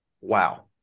wow